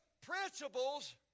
principles